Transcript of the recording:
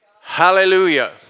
Hallelujah